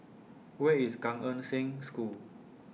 Where IS Gan Eng Seng School